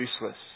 useless